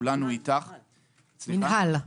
סליחה, מינהל.